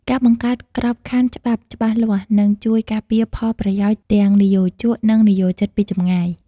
ការបង្កើតក្របខ័ណ្ឌច្បាប់ច្បាស់លាស់ នឹងជួយការពារផលប្រយោជន៍ទាំងនិយោជក និងនិយោជិតពីចម្ងាយ។